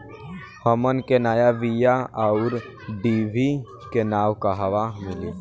हमन के नया बीया आउरडिभी के नाव कहवा मीली?